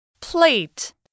plate